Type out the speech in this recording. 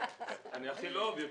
אני הכי לא אובייקטיבי.